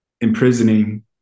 imprisoning